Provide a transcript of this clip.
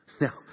Now